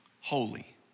Holy